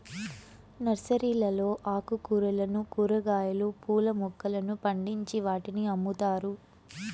నర్సరీలలో ఆకుకూరలను, కూరగాయలు, పూల మొక్కలను పండించి వాటిని అమ్ముతారు